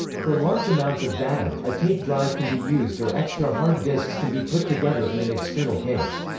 for large amounts of data, a tape drive can be used or extra hard disks can be put together in an external case.